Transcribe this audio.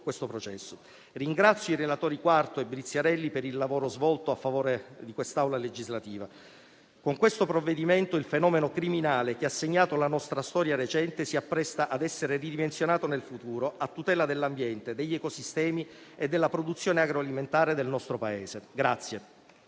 questo processo. Ringrazio i relatori Quarto e Briziarelli per il lavoro svolto a favore di quest'Assemblea legislativa. Con questo provvedimento il fenomeno criminale che ha segnato la nostra storia recente si appresta a essere ridimensionato nel futuro, a tutela dell'ambiente, degli ecosistemi e della produzione agroalimentare del nostro Paese.